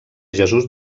jesús